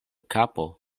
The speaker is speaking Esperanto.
kapo